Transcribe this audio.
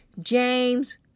James